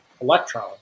electron